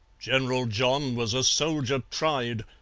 general john was a soldier tried,